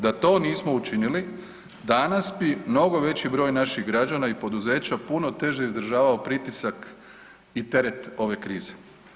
Da to nismo učinili, danas bi mnogo veći broj naših građana i poduzeća puno teže izdržavao pritisak i teret ove krize.